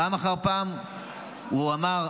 פעם אחר פעם הוא אמר,